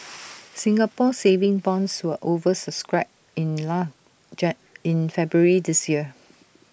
Singapore saving bonds were over subscribed in none in February this year